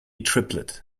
triplet